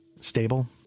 stable